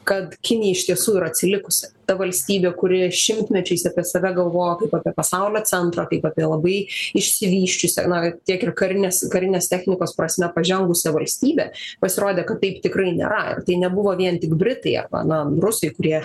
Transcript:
kad kinija iš tiesų yra atsilikusi ta valstybė kuri šimtmečiais apie save galvojo kaip apie pasaulio centrą kaip apie labai išsivysčiusią na tiek ir karinės karinės technikos prasme pažengusią valstybę pasirodė kad taip tikrai nėra tai nebuvo vien tik britai arba na rusai kurie